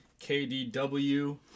KDW